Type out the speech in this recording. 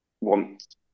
want